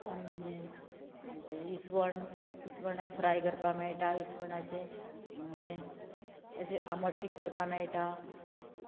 आनी हे आमचे इस्वण इस्वणाक फ्राय करपाक मेळटा इस्वणाचे हे आमटीक करपा मेळटा